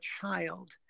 child